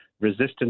resistance